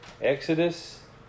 Exodus